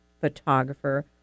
photographer